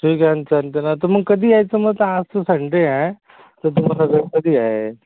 ठीक आहे चालते ना तर मग कधी यायचे मग आज तर संडे आहे तर तुम्हाला वेळ कधी आहे